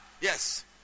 Yes